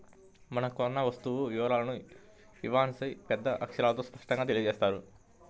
మనం కొన్న వస్తువు వివరాలను ఇన్వాయిస్పై పెద్ద అక్షరాలతో స్పష్టంగా తెలియజేత్తారు